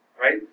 Right